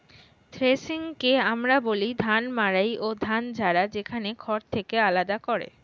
থ্রেশিংকে আমরা বলি ধান মাড়াই ও ধান ঝাড়া, যেখানে খড় থেকে আলাদা করে